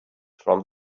from